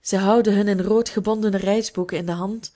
zij houden hun in rood gebondene reisboeken in de hand